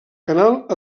canal